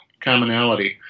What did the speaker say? commonality